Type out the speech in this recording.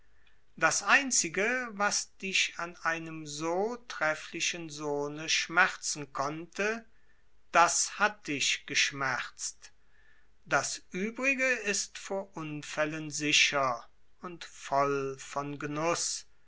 das einzige was dich an einem so trefflichen sohne schmerzen konnte das hat dich geschmerzt das uebrige ist vor unfällen sicher und voll von genuß